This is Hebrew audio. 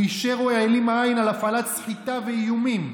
הוא אישר או העלים עין מהפעלת סחיטה ואיומים